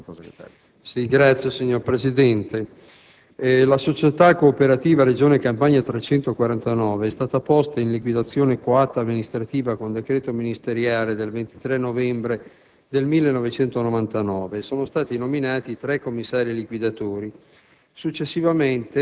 per lo sviluppo economico*. Signor Presidente, la società cooperativa Regione Campania 349 è stata posta in liquidazione coatta amministrativa con decreto ministeriale del 23 novembre 1999 e sono stati nominati tre commissari liquidatori.